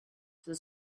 the